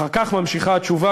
אחר כך ממשיכה התשובה,